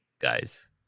guys